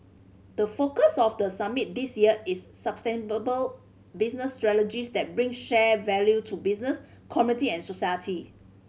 the focus of the summit this year is sustainable business strategies that bring shared value to business community and society